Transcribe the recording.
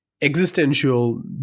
existential